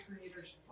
creator's